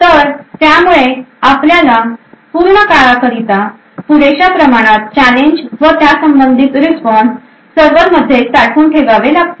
तर त्यामुळे आपल्याला पूर्ण काळाकरिता पुरेशा प्रमाणात चॅलेंज व त्यासंबंधित रिस्पॉन्स सर्व्हर मध्ये साठवून ठेवावे लागतील